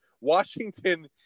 Washington